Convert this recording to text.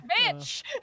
bitch